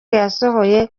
yasohoye